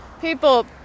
people